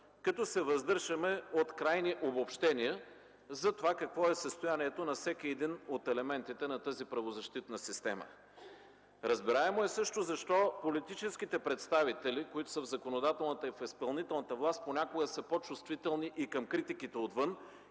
като се въздържаме от крайни обобщения какво е състоянието на всеки един от елементите на правозащитната система. Разбираемо е също защо политическите представители в законодателната и в изпълнителната власт понякога са по-чувствителни към критиките отвън